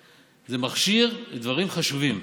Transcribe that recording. זה מכשיר לדברים חשובים.